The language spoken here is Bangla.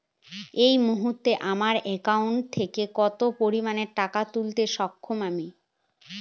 এই মুহূর্তে আমার একাউন্ট থেকে কত পরিমান টাকা তুলতে সক্ষম আমি?